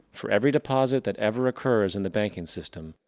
for every deposit that ever occurs in the banking system,